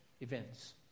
Events